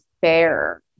fair